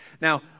Now